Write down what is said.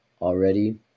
already